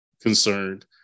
concerned